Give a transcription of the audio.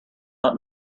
let